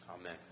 Amen